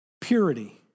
purity